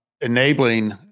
enabling